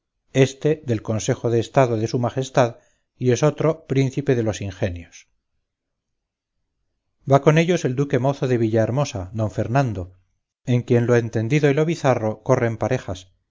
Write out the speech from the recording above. éste del consejo de estado de su majestad y esotro príncipe de los ingenios va con ellos el duque mozo de villahermosa don fernando en quien lo entendido y lo bizarro corren parejas